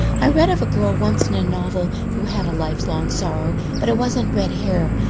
i read of a girl once in a novel who had a lifelong sorrow but it wasn't red hair.